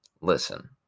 Listen